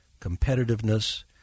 competitiveness